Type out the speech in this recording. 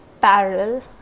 parallel